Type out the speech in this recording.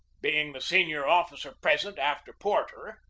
being the senior officer present after porter,